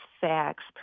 facts